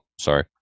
sorry